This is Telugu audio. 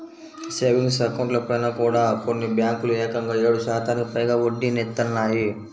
సేవింగ్స్ అకౌంట్లపైన కూడా కొన్ని బ్యేంకులు ఏకంగా ఏడు శాతానికి పైగా వడ్డీనిత్తన్నాయి